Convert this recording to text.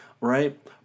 right